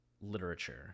literature